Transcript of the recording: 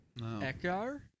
Eckar